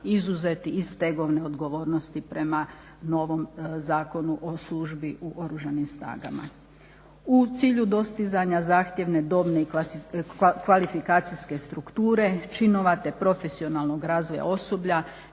izuzeti iz stegovne odgovornosti prema novom Zakonu o službi u oružanim snagama. U cilju dostizanja zahtjevne dobne i kvalifikacijske strukture činova te profesionalnog razvoja osoblja